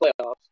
playoffs